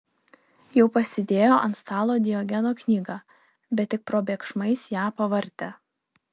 jau pasidėjo ant stalo diogeno knygą bet tik probėgšmais ją pavartė